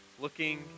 looking